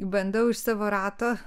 bandau iš savo rato